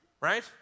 Right